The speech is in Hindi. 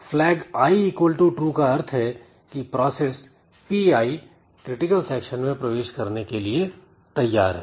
Flagi true का अर्थ है कि प्रोसेस Pi क्रिटिकल सेक्शन में प्रवेश करने के लिए तैयार है